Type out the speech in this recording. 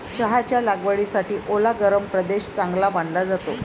चहाच्या लागवडीसाठी ओला गरम प्रदेश चांगला मानला जातो